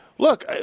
Look